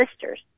Sisters